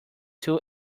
two